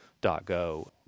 .go